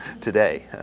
today